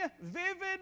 vivid